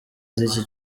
z’iki